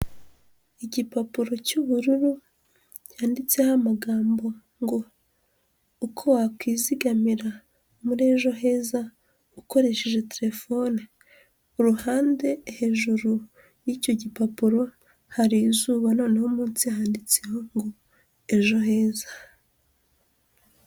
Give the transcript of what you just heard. Igipapuro cy'ubururu cyanditseho amagambo ngo uko wakwizigamira muri ejo heza ukoresheje telefone. Iruhande hejuru y'icyo gipapuro hari izuba noneho munsi yanditseho ngo "ejo heza".